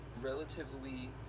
relatively